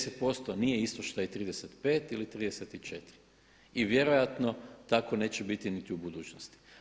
10% nije isto što i 35 ili 34 i vjerojatno tak neće biti niti u budućnosti.